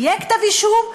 יהיה כתב אישום,